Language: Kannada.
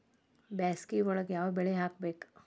ಬ್ಯಾಸಗಿ ಒಳಗ ಯಾವ ಬೆಳಿ ಹಾಕಬೇಕು?